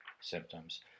symptoms